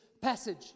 passage